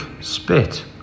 Spit